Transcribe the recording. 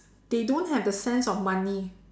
they don't have the sense of money